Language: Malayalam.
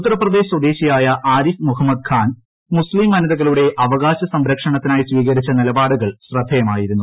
ഉത്തർപ്രദേശ് സ്വദേശിയായ ആരിഫ് മുഹമ്മദ് ഖാൻ മുസ്തീം വനിതകളുടെ അവകാശ സംരക്ഷണ ത്തിനായി സ്വീകരിച്ച നിലപാടുകൾ ശ്രദ്ധേയമായിരുന്നു